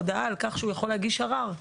הודעה על כך שהוא יכול להגיש ערר,